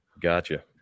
Gotcha